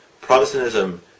Protestantism